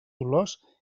olors